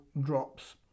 drops